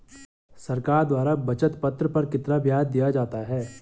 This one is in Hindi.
सरकार द्वारा बचत पत्र पर कितना ब्याज दिया जाता है?